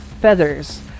feathers